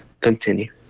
continue